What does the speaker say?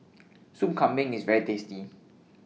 Soup Kambing IS very tasty